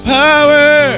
power